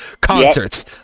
Concerts